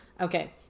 Okay